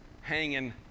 hanging